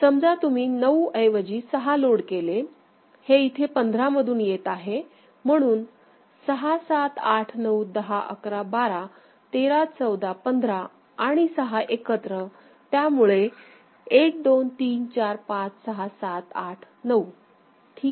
समजा तुम्ही 9 ऐवजी 6 लोड केले हे इथे 15 मधून येत आहे म्हणून 6 7 8 9 10 11 12 13 14 15 आणि 6 एकत्र त्यामुळे1 2 3 4 5 6 7 8 9 ठीक आहे